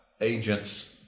agents